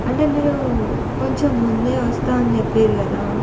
అంటే మీరు కొంచెం ముందే వస్తాను అని చెప్పిర్రు కదా